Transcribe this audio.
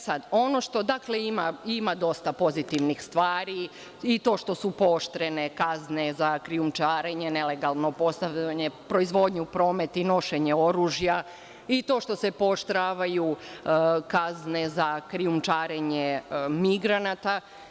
Dakle, ima dosta pozitivnih stvari i to što su pooštrene kazne za krijumčarenje nelegalnu proizvodnju, promet i nošenje oružja, i to što se pooštravaju kazne za krijumčarenje migranata.